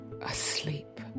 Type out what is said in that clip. asleep